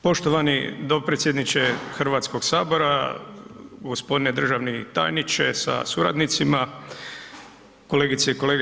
Poštovani dopredsjedniče Hrvatskog sabora, gospodine državni tajniče sa suradnicima, kolegice i kolege.